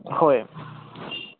হয়